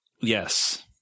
Yes